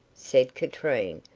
said katrine,